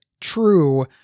true